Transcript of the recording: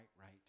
right